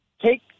take